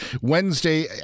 Wednesday